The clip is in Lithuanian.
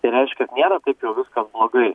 tai reiškia nėra taip jau viskas blogai